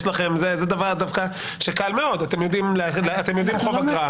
זה דבר דווקא שקל מאוד, אתם יודעים חוב אגרה.